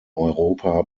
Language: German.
europa